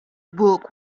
book